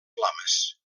flames